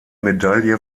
medaille